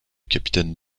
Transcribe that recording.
capitaine